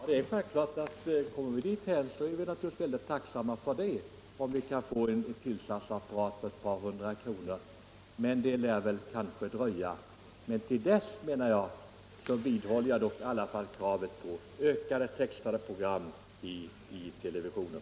Herr talman! Kommer vi dithän att vi kan få en tillsatsapparat för ett par hundra kronor så är vi naturligtvis mycket tacksamma för det. Men det lär väl dröja. Jag vidhåller därför kravet på ökat antal textade program i televisionen.